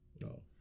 No